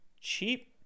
cheap